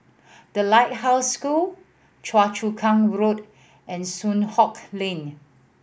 The Lighthouse School Choa Chu Kang Road and Soon Hock Lane